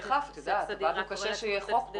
אין ספק שתיאטרון, הצגה, זאת אחת הדרכים החשובות